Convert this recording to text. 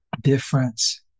difference